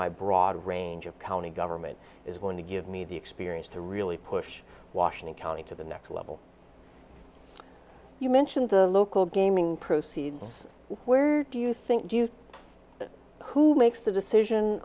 my broad range of county government is going to give me the experience to really push washington county to the next level you mentioned the local gaming proceeds where do you think do you who makes the decision